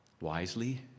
Wisely